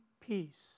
peace